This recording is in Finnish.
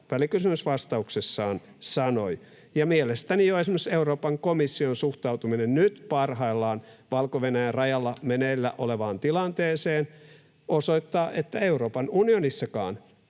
välikysymysvastauksessaan sanoi. Ja mielestäni jo esimerkiksi Euroopan komission suhtautuminen nyt parhaillaan Valko-Venäjän rajalla meneillä olevaan tilanteeseen osoittaa, että Euroopan unionissakaan